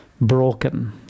broken